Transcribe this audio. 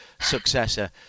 successor